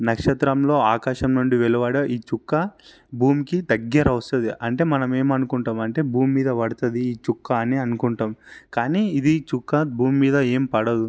నక్షత్రంలో ఆకాశం నుండి వెలువడే ఈ చుక్క భూమికి దగ్గరొస్తుంది అంటే మనం ఏం అనుకుంటాం అంటే భూమి మీద పడుతుంది ఈ చుక్క అని అనుకుంటాం కానీ ఇది చుక్క భూమి మీద ఏం పడదు